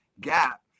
gap